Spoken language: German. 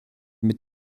mit